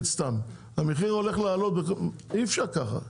המחיר הולך לעלות, אי אפשר ככה.